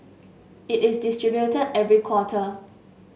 it is distributed every quarter